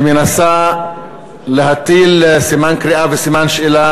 שמנסה להטיל סימן קריאה וסימן שאלה